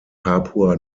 papua